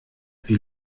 wie